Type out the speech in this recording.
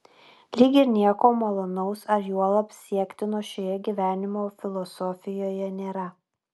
lyg ir nieko malonaus ar juolab siektino šioje gyvenimo filosofijoje nėra